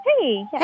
Hey